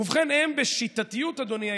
ובכן, הם בשיטתיות, אדוני היושב-ראש,